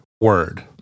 word